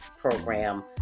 program